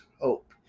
hope